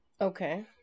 Okay